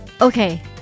okay